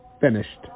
finished